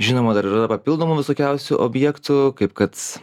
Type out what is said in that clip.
žinoma dar yra papildomų visokiausių objektų kaip kad